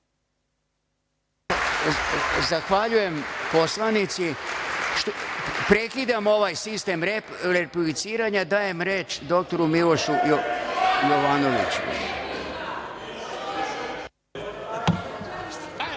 Zahvaljujem poslanici. Prekidam ovaj sistem repliciranja. Dajem reč dr Milošu Jovanoviću.